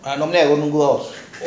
one day I don't go